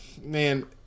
man